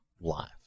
life